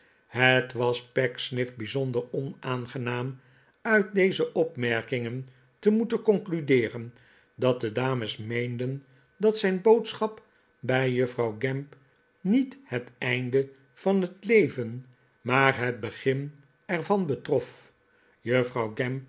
het was pecksniff bijzonder onaangenaam uit deze opmerkingen te moeten concludeeren dat de dames meenden dat zijn boodschap bij juffrouw gamp niet het einde van het leven maar het begin er van betrof juffrouw